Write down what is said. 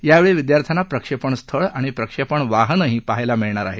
यावेळी विद्यार्थ्यांना प्रक्षेपण स्थळ आणि प्रक्षेपण वाहनही पाहायला मिळणार आहे